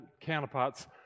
counterparts